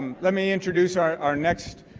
let me introduce our next